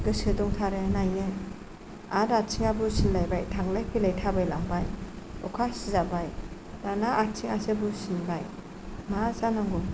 गोसो दंथारो नायनो आरो आथिङा बुसिनलायबाय थांलाय फैलाय थाबायलांबाय अखा सिजाबाय दाना आथिङासो बुसिनबाय मा जानांगौ